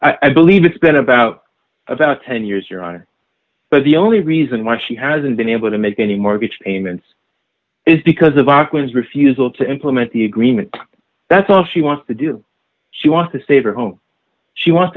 years i believe it's been about about ten years your honor but the only reason why she hasn't been able to make any mortgage payments is because of our claims refusal to implement the agreement that's all she wants to do she wants to save her home she wants